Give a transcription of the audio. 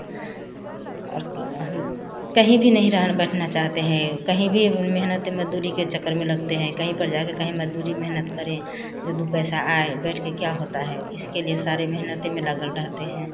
और क कहीं भी नहीं रहन बैठना चाहते हैं कहीं भी मेहनत मज़दूरी के चक्कर में लगते हैं कहीं पर जा के कहीं मज़दूरी मेहनत करें यह दो पैसा आए बैठ कर क्या होता है इसके लिए सारे मेहनते में लगल रहते हैं